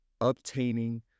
obtaining